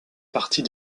partie